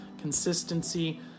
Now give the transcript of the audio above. Consistency